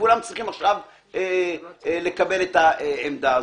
כולם צריכים עכשיו לקבל את העמדה הזאת.